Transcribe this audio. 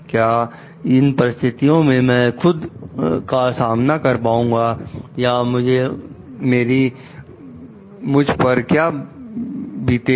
क्या इन परिस्थितियों में मैं खुद का सामना कर पाऊंगा या मेरी मुझ क्या बताएगी